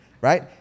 right